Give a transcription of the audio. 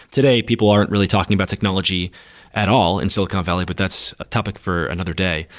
today people aren't really talking about technology at all in silicon valley, but that's a topic for another day.